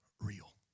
real